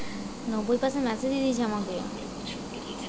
Zero ব্যালেন্সে joint account করা য়ায় কি?